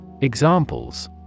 Examples